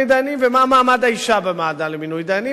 דיינים ומה מעמד האשה בוועדה למינוי דיינים,